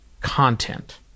content